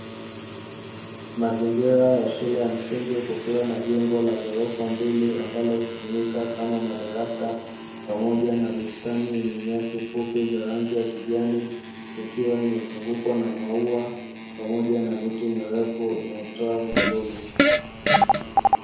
Mazingira ya shule ya msingi kukiwa na jengo la ghorofa mbili, ambalo hutumika kama madarasa, pamoja na bustani yenye nyasi fupi za rangi ya kijani, ikiwa imezungukwa na mauwa pamoja na miti mirefu inayotoa vivuli.